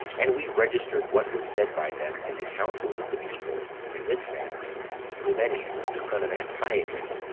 and we registered what was said by them in the councils of the people, in this manner numenius, the son of antiochus,